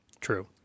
True